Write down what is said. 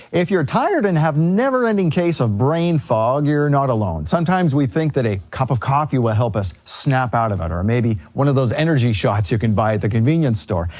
if you're tired and have never ending case of brain fog, you're not alone, sometimes we think that a cup of coffee would help us snap out of it or or maybe one of those energy shots you can buy at the convenience store.